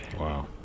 wow